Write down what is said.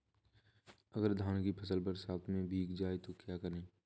अगर धान की फसल बरसात में भीग जाए तो क्या करें?